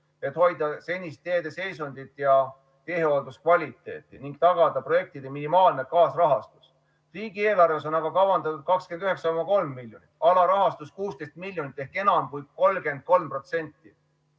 et hoida senist teede seisundit ja teehoolduse kvaliteeti ning tagada projektide minimaalne kaasrahastus. Riigieelarves on kavandatud 29,3 miljonit, alarahastus on 16 miljonit ehk enam kui 33%.